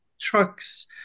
trucks